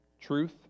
Truth